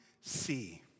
see